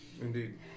Indeed